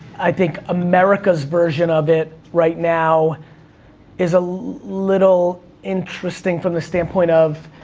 i think america's version of it right now is a little interesting, from the standpoint of,